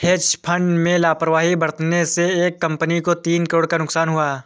hedge fund में लापरवाही बरतने से एक कंपनी को तीन करोड़ का नुकसान हुआ